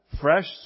fresh